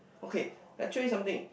okay I trace something